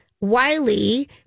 Wiley